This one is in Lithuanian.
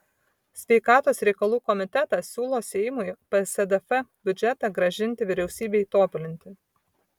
sveikatos reikalų komitetas siūlo seimui psdf biudžetą grąžinti vyriausybei tobulinti